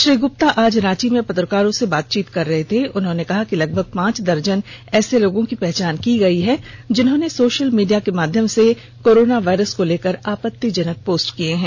श्री गुप्ता आज रांची में पत्रकारों से बातचीत करते हुए कहा कि लगभग पांच दर्जन ऐसे लोगों की पहचान की गई है जिन्होंने सोषल मीडिया के माध्यम से कोरोना वायरस को लेकर आपतिजनक पोस्ट किए है